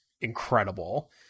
incredible